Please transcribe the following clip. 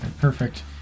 perfect